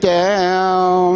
down